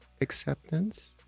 acceptance